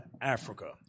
Africa